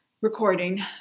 recording